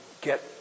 get